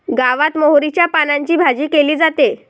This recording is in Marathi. गावात मोहरीच्या पानांची भाजी केली जाते